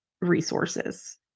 resources